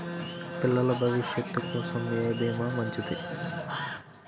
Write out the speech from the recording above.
పిల్లల భవిష్యత్ కోసం ఏ భీమా మంచిది?